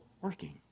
working